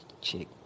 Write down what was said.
chick